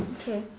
okay